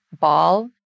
ball